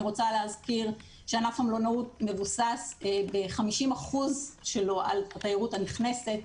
אני רוצה להזכיר שענף המלונאות מבוסס ב-50% שלו על התיירות הנכנסת.